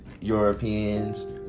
Europeans